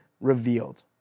revealed